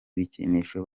bikinisho